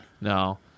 No